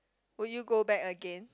would you go back again